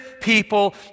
people